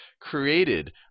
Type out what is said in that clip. created